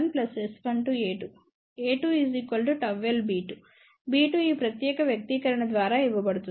a2 ΓLb2 b2 ఈ ప్రత్యేక వ్యక్తీకరణ ద్వారా ఇవ్వబడుతుంది